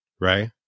right